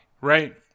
right